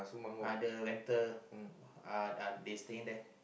other rental uh this thing there